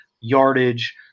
yardage